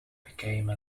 became